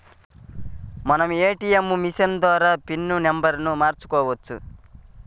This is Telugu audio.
మనం ఏటీయం మిషన్ ద్వారా పిన్ నెంబర్ను మార్చుకోవచ్చు